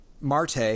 Marte